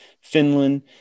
Finland